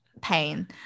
pain